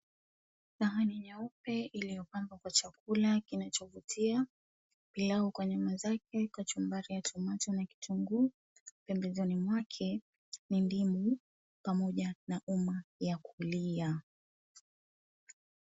Sahani nyeupe iliyopambwa kwa chakula kinachovutia. Pilau kwa nyama zake, kachumari ya tomato na kitunguu, pembezeni mwake ni ndimu pamoja na umma ya kukulia.